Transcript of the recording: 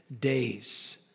days